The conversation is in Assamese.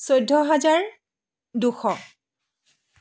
চৈধ্য হাজাৰ দুশ